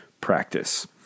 practice